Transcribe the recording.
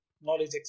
knowledge